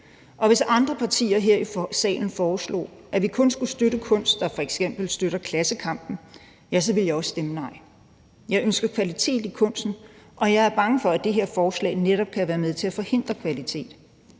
og hvis andre partier her i salen foreslog, at vi kun skulle støtte kunst, der f.eks. støtter klassekampen, så ville jeg også stemme nej. Jeg ønsker kvalitet i kunsten, og jeg er bange for, at det her forslag netop kan være med til at forhindre kvalitet.